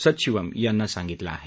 सथशिवम यांना सांगितलं आहे